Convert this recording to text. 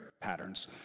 Patterns